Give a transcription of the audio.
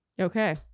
Okay